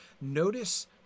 Notice